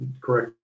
correct